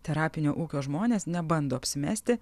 terapinio ūkio žmonės nebando apsimesti